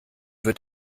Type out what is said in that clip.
wird